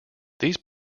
these